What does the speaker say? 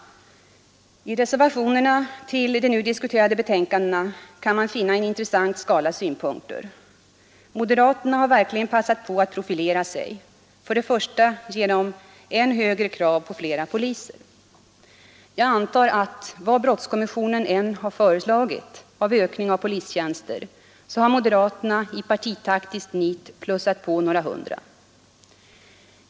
I reservationerna till de nu diskuterade betänkandena kan man finna en intressant skala synpunkter. Moderaterna har verkligen passat på att profilera sig, först och främst genom än högre krav på flera poliser. Jag antar att vad brottskommissionen än föreslagit av ökning av polistjänster, så skulle moderaterna i partitaktiskt nit ha plussat på några hundra.